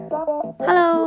Hello，